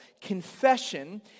Confession